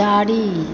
चारि